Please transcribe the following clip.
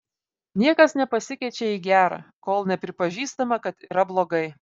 niekas nepasikeičia į gerą kol nepripažįstama kad yra blogai